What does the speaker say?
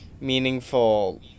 meaningful